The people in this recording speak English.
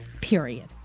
period